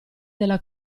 della